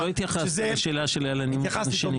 לא התייחסת לשאלה של הנימוק השני.